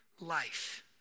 life